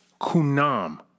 Kunam